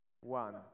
One